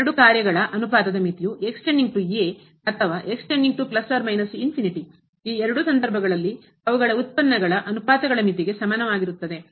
ಎರಡು ಕಾರ್ಯಗಳ ಅನುಪಾತದ ಮಿತಿಯು ಅಥವಾ ಎರಡೂ ಸಂದರ್ಭಗಳಲ್ಲಿ ಅವುಗಳ ಉತ್ಪನ್ನಗಳ ಅನುಪಾತಗಳ ಮಿತಿಗೆ ಸಮಾನವಾಗಿರುತ್ತದೆ